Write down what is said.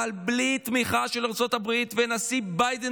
אבל בלי תמיכה של ארצות הברית והנשיא ביידן